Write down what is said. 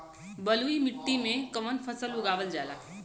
बलुई मिट्टी में कवन फसल उगावल जाला?